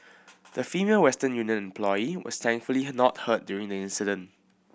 the Female Western Union employee was thankfully not hurt during the incident